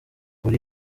buri